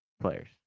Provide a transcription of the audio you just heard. players